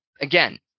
Again